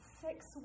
six